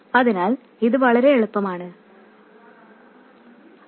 അതിനാൽ ഇത് വളരെ എളുപ്പമാണെന്ന് നിങ്ങൾക്ക് മനസിലായി